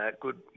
good